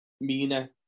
Mina